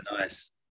Nice